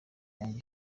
yanjye